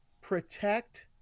protect